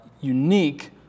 unique